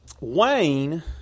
Wayne